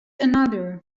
another